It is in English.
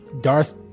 Darth